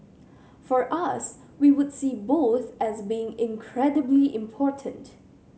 for us we would see both as being incredibly important